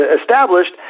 established